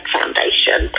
Foundation